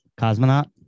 Cosmonaut